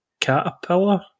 caterpillar